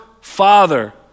father